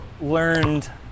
learned